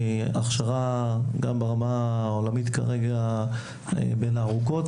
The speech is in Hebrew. הכשרה גם ברמה העולמית כרגע בין הארוכות,